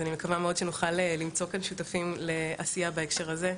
אני מקווה מאוד שנוכל למצוא כאן שותפים בהקשר הזה.